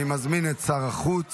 אני מזמין את שר החוץ